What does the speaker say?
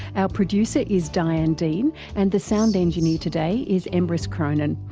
our producer is diane dean and the sound engineer today is emrys cronin.